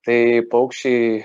tai paukščiai